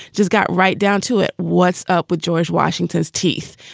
just got right down to it. what's up with george washington's teeth?